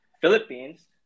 philippines